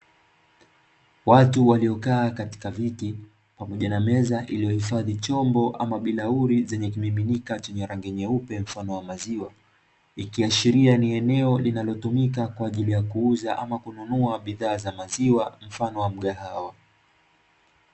Watu waliokaa katika viti pamoja na meza iliyo hifadhi chombo ama bilauri zenye kimiminika chenye rangi nyeupe mfano wa maziwa, ikiashiria ni eneo linalotumika kwa ajili ya kuuza ama kununua bidhaa za maziwa mfano wa mgahawa.